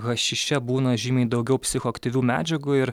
hašiše būna žymiai daugiau psichoaktyvių medžiagų ir